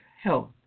health